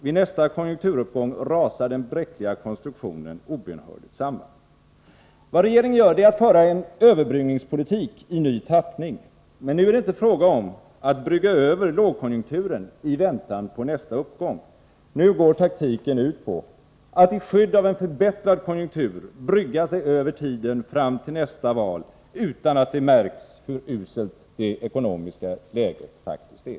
Vid nästa konjunkturuppgång rasar den bräckliga konstruktionen obönhörligen samman. Vad regeringen gör är att den för en överbryggningspolitik i ny tappning. Nu är det inte fråga om att brygga över lågkonjunkturen i väntan på nästa uppgång. I dag går taktiken ut på att i skydd av en förbättrad konjunktur brygga sig över tiden fram till nästa val utan att det märks hur uselt det ekonomiska läget faktiskt är.